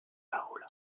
paola